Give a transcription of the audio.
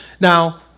Now